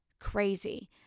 crazy